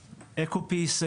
אקופיס,